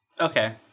Okay